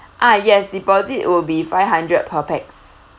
ah yes deposit will be five hundred per pax